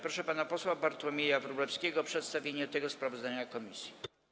Proszę pana posła Bartłomieja Wróblewskiego o przedstawienie tego sprawozdania komisji.